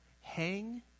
hang